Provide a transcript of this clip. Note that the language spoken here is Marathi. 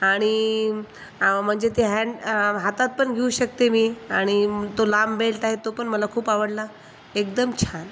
आणि म् आं म्हणजे ते हँड आम् हातात पण घेऊ शकते मी आणि म् तो लांब बेल्ट आहे तो पण मला खूप आवडला एकदम छान